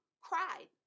cried